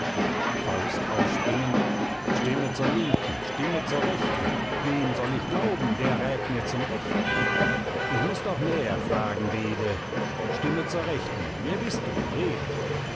faust aufspringend stimme zur linken stimme zur rechten wem soll ich glauben wer räth mir zum rechten ich muß doch näher fragen beede stimme zur rechten wer bist du rede